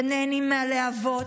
אתם נהנים מהלהבות,